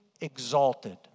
exalted